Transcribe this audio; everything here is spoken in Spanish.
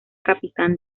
capitán